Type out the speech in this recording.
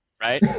Right